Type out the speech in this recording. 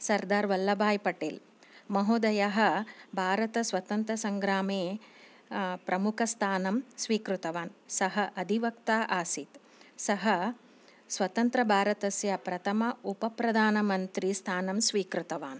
सर्दार् वल्लभाय् पटेल् महोदयः भारतस्वतन्त्रसङ्ग्रामे प्रमुखस्थानं स्वीकृतवान् सः अधिवक्ता आसीत् सः स्वतन्त्रभारतस्य प्रथम उपप्रदानमन्त्रीस्थानं स्वीकृतवान्